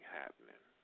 happening